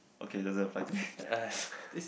okay doesn't apply to me